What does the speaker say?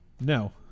no